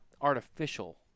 artificial